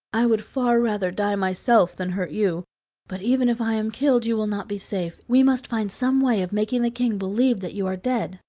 i would far rather die myself than hurt you but even if i am killed you will not be safe we must find some way of making the king believe that you are dead.